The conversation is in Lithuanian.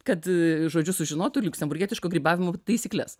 kad žodžiu sužinotų liuksemburgietiško grybavimo taisykles